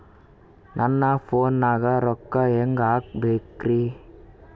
ನನ್ನ ಫೋನ್ ನಾಗ ರೊಕ್ಕ ಹೆಂಗ ಹಾಕ ಬೇಕ್ರಿ?